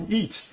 eat